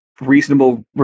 reasonable